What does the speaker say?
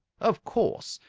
of course,